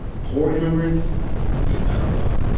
poor immigrants need not apply